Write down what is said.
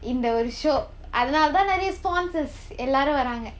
இந்த ஒரு:intha oru show அதனால தான் நிறைய:athanaala thaan niraiya sponsors எல்லாரும் வராங்க:ellaarum varaanga